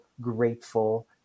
grateful